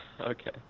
okay